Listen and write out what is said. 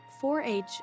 4-H